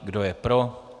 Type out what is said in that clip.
Kdo je pro?